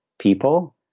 people